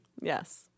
Yes